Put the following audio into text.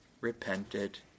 Repented